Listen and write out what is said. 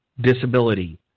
disability